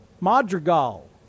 Madrigal